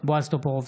בועז טופורובסקי,